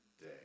day